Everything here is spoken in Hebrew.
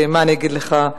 ומה אני אגיד לך,